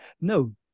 No